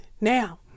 Now